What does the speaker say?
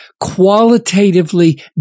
qualitatively